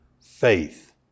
faith